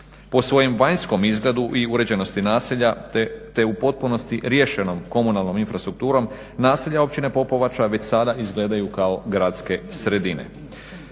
Po svojem vanjskom izgledu i uređenosti naselja te u potpunosti riješenom komunalnom infrastrukturom naselja Općine Popovača već sada izgledaju kao gradske sredine.